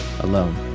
alone